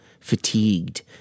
fatigued